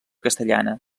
castellana